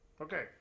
Okay